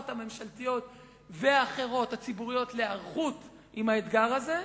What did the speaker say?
הממשלתיות והציבוריות האחרות להיערכות לאתגר הזה,